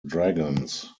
dragons